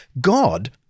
God